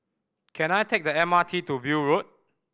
can I take the M R T to View Road